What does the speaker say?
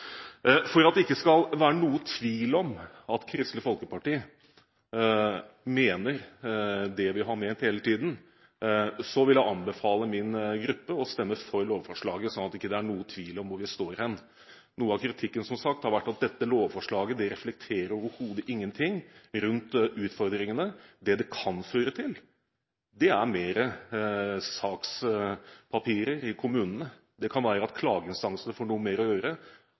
For at det ikke skal være noen tvil om at Kristelig Folkeparti mener det vi har ment hele tiden, vil jeg anbefale min gruppe å stemme for lovforslaget, slik at det ikke er noen tvil om hvor vi står. Noe av kritikken har som sagt vært at dette lovforslaget overhodet ikke reflekterer noe av utfordringene. Det det kan føre til, er mer sakspapirer i kommunene. Det kan være at klageinstansene får noe mer å gjøre.